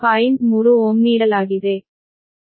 3 Ω ನೀಡಲಾಗಿದೆ